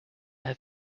have